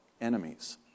enemies